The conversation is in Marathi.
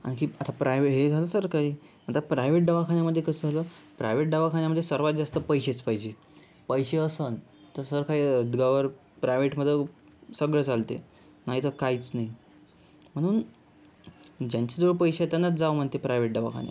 आणखीन आता प्रायव्हे हे झालं सरकारी आता प्रायव्हेट दवाखान्यामध्ये कसं झालं प्रायव्हेट दवाखान्यामध्ये सर्वात जास्त पैसेच पाहिजे पैसे असेल तर सरकार गवन प्रायव्हेटमध्ये सगळं चालते नाहीतर काहीच नाही म्हणून ज्यांच्या जवळ पैसे आहेत त्यानंच जावं म्हणते प्रायव्हेट दवाखान्यात